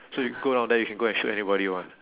so you go down there you can go and shoot anybody you want